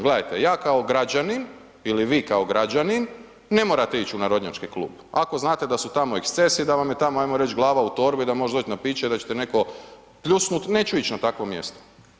Gledajte, ja kao građanin ili vi kao građanin ne morate ić u narodnjački klub ako znate da su tamo ekscesi i da vam je tamo ajmo reć glava u torbi i da možeš doć na piće i da ćete netko pljusnut, neću ić na takvo mjesto.